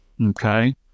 okay